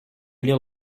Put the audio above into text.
lire